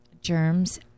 germs